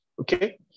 okay